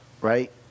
right